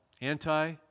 Anti